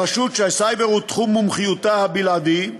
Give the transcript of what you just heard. הרשות, שהסייבר הוא תחום מומחיותה הבלעדי,